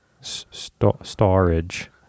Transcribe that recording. Storage